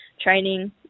training